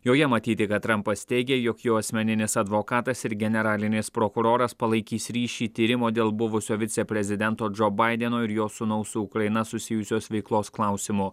joje matyti kad trampas teigė jog jo asmeninis advokatas ir generalinis prokuroras palaikys ryšį tyrimo dėl buvusio viceprezidento džo baideno ir jo sūnaus su ukraina susijusios veiklos klausimu